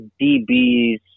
DBs